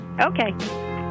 okay